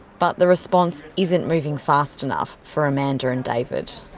but the response isn't moving fast enough for amanda and david.